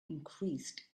increased